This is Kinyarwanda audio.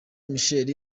michel